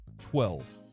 twelve